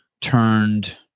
turned